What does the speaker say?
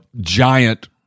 giant